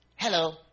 Hello